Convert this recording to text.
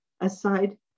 Aside